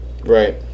Right